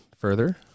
further